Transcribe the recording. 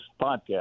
podcast